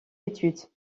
études